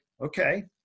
okay